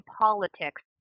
politics